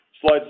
Slide